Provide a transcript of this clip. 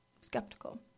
skeptical